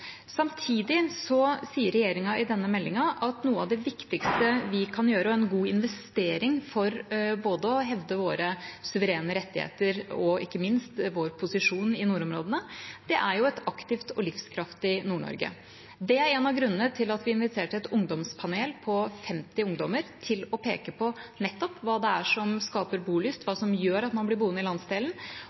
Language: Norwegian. sier regjeringa i denne meldinga at noe av det viktigste vi kan gjøre, og en god investering for å hevde både våre suverene rettigheter og ikke minst vår posisjon i nordområdene, er et aktivt og livskraftig Nord-Norge. Det er en av grunnene til at vi inviterte et ungdomspanel på 50 ungdommer til å peke på nettopp hva det er som skaper bolyst, hva som gjør at man blir boende i landsdelen,